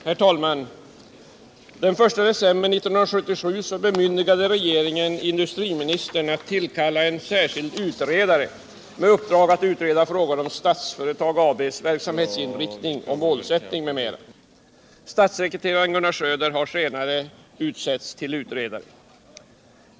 Herr talman! Den 1 december 1977 bemyndigade regeringen industriministern att tillkalla en särskild utredare med uppdrag att utreda frågan om Statsföretag AB:s verksamhetsinriktning och mål m.m. Statssekreterare Gunnar Söder har senare utsetts till utredare.